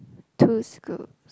two scoop